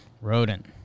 Rodent